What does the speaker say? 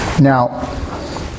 Now